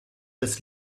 des